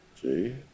See